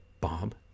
Bob